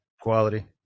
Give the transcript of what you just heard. quality